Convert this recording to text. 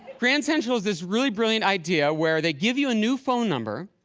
grand central is this really brilliant idea where they give you a new phone number,